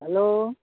hello